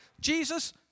Jesus